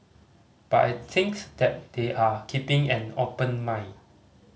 but I think that they are keeping an open mind